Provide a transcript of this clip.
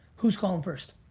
who's calling first?